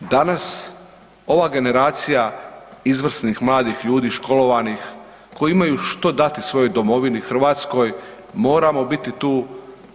Danas ova generacija izvrsnih mladih ljudi, školovanih, koji imaju što dati svojoj domovini Hrvatskoj moramo biti tu